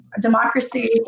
democracy